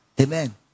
Amen